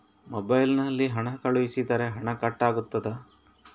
Mobile ನಲ್ಲಿ ಹಣ ಕಳುಹಿಸಿದರೆ ಹಣ ಕಟ್ ಆಗುತ್ತದಾ?